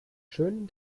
schönen